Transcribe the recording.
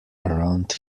around